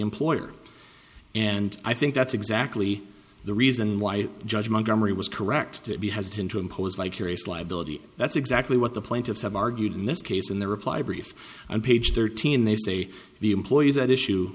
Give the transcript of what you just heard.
employer and i think that's exactly the reason why judge montgomery was correct to be hesitant to impose vicarious liability that's exactly what the plaintiffs have argued in this case in their reply brief on page thirteen they say the employees at issue